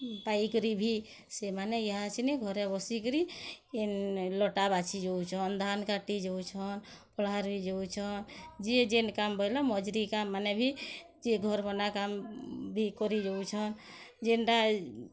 ପାଇକିରି ଭି ସେମାନେ ଇହାଛିନି ଘରେ ବସିକିରି ଇ ଲଟା ବାଛି ଯାଉଛନ୍ ଧାନ୍ କାଟି ଯାଉଛନ୍ ପଲହା ରୁଇ ଯାଉଛନ୍ ଯିଏ ଯେନ୍ କାମ୍ ବଏଲା ମଜୁରୀ କାମ୍ ମାନେ ବି ଯିଏ ଘର୍ ବନାକାମ୍ ବି କରିଯଉଛନ୍ ଯେନ୍ ଟା